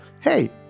hey